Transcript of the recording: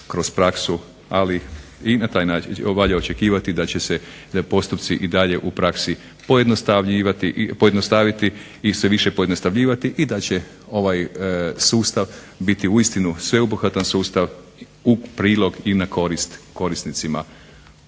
kroz praksu, ali i na taj način valja očekivati da će se postupci i dalje u praksi pojednostaviti i sve više pojednostavljivati i da će ovaj sustav biti uistinu sveobuhvatan sustav u prilog i na korist korisnicima